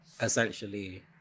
essentially